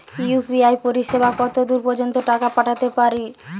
UPI পরিসেবা কতদূর পর্জন্ত টাকা পাঠাতে পারি?